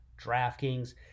DraftKings